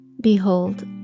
Behold